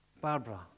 Barbara